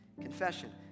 Confession